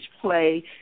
play